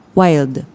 wild